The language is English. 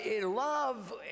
Love